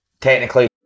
Technically